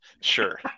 Sure